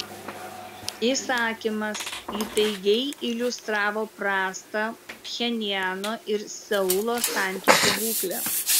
įsakymas įtaigiai iliustravo prastą pchenjano ir seulo santykių būklę